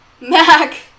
Mac